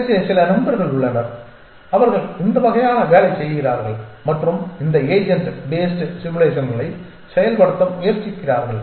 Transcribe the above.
எனக்கு சில நண்பர்கள் உள்ளனர் அவர்கள் இந்த வகையான வேலை செய்கிறார்கள் மற்றும் இந்த ஏஜென்ட் பேஸ்ட் சிமுலேஷன்களை செயல்படுத்த முயற்சிக்கிறார்கள்